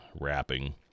wrapping